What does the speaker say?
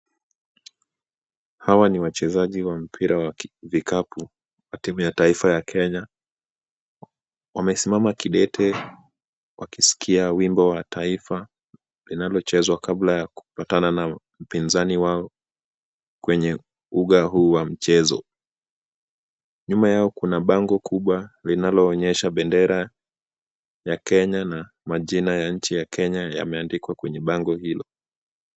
Hawa ni wachezaji wa mpira wa vikapu ya timu ya taifa ya Kenya. Wamesimama kidete wakiskia wimbo wa taifa linalochezwa kabla ya kupatana na wapinzani wao kwenye uga huu wa mchezo. Nyuma yao kuna bango kubwa linaloonyesha bendera ya Kenya na majina ya nchi ya Kenya yameandikwa kwenye bango hilo.